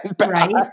Right